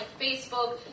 Facebook